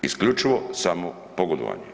Isključivo samo pogodovanje.